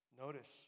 Notice